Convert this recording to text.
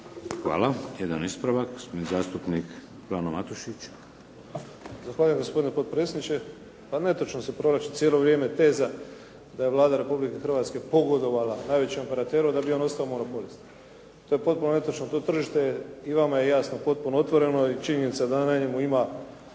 Hvala. Jedan ispravak, gospodin zastupnik Frano Matušić. **Matušić, Frano (HDZ)** Zahvaljujem gospodine potpredsjedniče. Pa netočno se provlači cijelo vrijeme teza da je Vlada Republike Hrvatske pogodovala najvećem operateru da bi on ostao monopolist. To je potpuno netočno, to tržište je, i vama je jasno, potpuno otvoreno i činjenica da u njemu ima